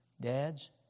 Dads